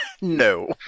No